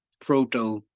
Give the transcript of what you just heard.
proto